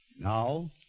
now